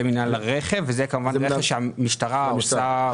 זה מינהל הרכב וזה כמובן רכש שהמשטרה עושה.